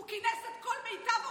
הוא כינס את מיטב הרופאים,